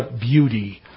beauty